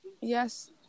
Yes